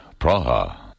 Praha